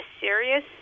serious